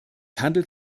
handelt